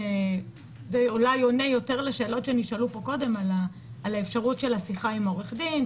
זה עונה יור לשאלות שעלו פה קודם על אפשרות של שיחה עם עורך דין,